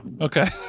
Okay